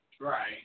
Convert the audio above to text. Right